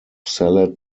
salad